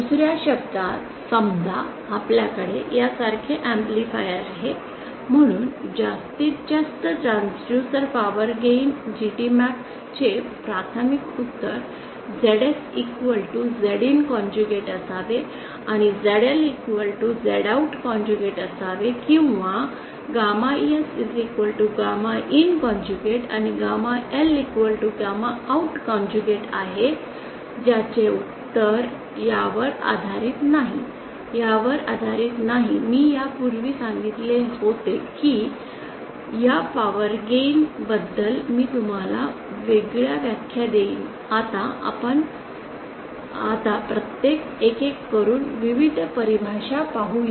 दुसर्या शब्दात समजा आपल्याकडे यासारखे ऍम्प्लिफायर आहे म्हणून जास्तीत जास्त ट्रान्सड्यूसर पॉवर गेन GTMax चे प्राथमिक उत्तर ZSZin असावे आणि ZLZout असावे किंवा गॅमा S गॅमा IN आणि गॅमा L गॅमा out आहे ज्याचे उत्तर यावर आधारित नाही यावर आधारित नाही मी यापूर्वी सांगितले होते की या पॉवर गेन बद्दल मी तुम्हाला वागवेगळ्या व्याख्या देईन आता आपण आता प्रत्येक एक एक करुन विविध परिभाषा पाहू या